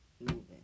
moving